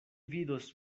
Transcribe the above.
vidos